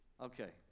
Okay